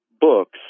books